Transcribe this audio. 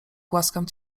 głaskam